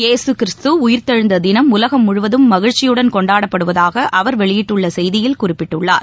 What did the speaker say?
யேசுகிறிஸ்து உயிர்த்தெழுந்ததினம் உலகம் முழுவதும் மகிழ்ச்சியுடன் கொண்டாடப்படுவதாகஅவர் வெளியிட்டுள்ளசெய்தியில் குறிப்பிட்டுள்ளார்